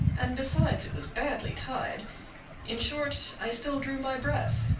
and besides it was badly tied in short, i still drew my breath,